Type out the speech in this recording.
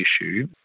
issue